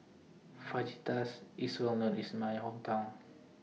Fajitas IS Well known in My Hometown